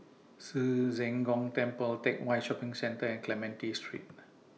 Ci Zheng Gong Temple Teck Whye Shopping Centre and Clementi Street